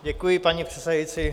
Děkuji, paní předsedající.